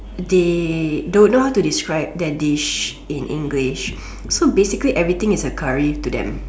they don't know how to describe that dish in English so basically everything is a curry to them